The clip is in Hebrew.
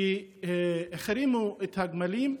ששם החרימו את הגמלים.